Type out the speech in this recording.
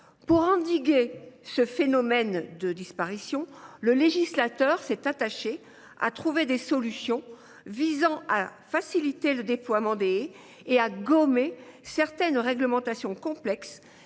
Pour endiguer ce phénomène, le législateur s’est employé à trouver des solutions facilitant le déploiement des haies et à gommer certaines réglementations complexes.